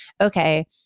okay